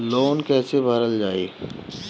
Loan कैसे भरल जाइ?